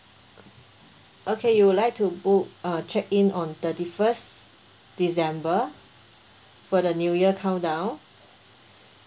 okay you would like to book uh check in on thirty first december for the new year countdown